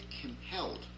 compelled